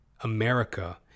America